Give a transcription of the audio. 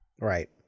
right